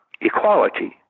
equality